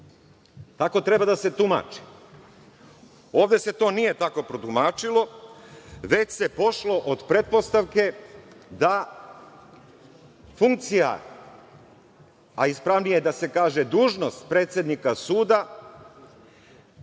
Tako treba da se tumači. Ovde se to nije tako protumačilo već se pošlo od pretpostavke da funkcija, a ispravnije je da se kaže - dužnost predsednika suda